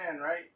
right